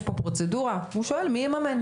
יש פה פרוצדורה, הוא שואל מי יממן.